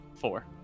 four